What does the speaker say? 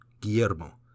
Guillermo